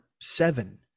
seven